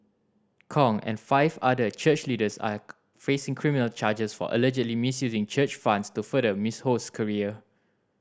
Kong and five other church leaders are facing criminal charges for allegedly misusing church funds to further Miss Ho's career